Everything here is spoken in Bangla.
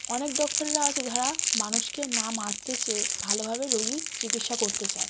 অনেক ডক্টররা আছে যারা মানুষকে না মারতে চেয়ে ভালোভাবে রোগী চিকিৎসা করতে চায়